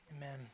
Amen